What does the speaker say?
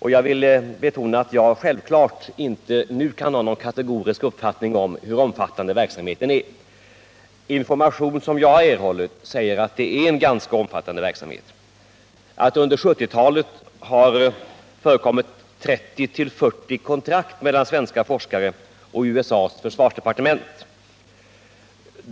Jag vill betona att jag självfallet nu inte kan ha någon kategorisk uppfattning om hur omfattande verksamheten är. Information som jag har anger att det är en ganska omfattande verksamhet och att det under 1970-talet har förekommit 30-40 kontrakt mellan svenska forskare och USA:s försvarsdepartement.